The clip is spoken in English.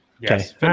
Yes